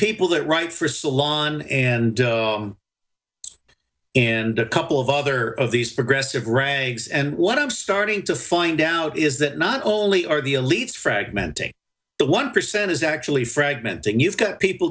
people that write for salon and and a couple of other of these progressive ranks and what i'm starting to find out is that not only are the elites fragmenting the one percent is actually fragmenting you've got people